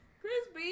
Crispy